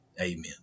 Amen